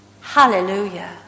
Hallelujah